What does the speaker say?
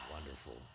wonderful